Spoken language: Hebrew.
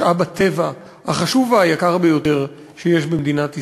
משאב הטבע החשוב והיקר ביותר שיש במדינת ישראל,